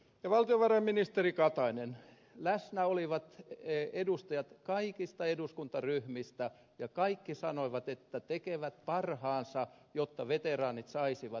ja valtiovarainministeri katainen läsnä olivat edustajat kaikista eduskuntaryhmistä ja kaikki sanoivat että tekevät parhaansa jotta veteraanit saisivat mitä pyysivät